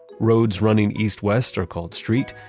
roads running east-west are called street,